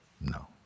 No